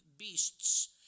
Beasts